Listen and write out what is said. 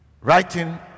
writing